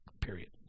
Period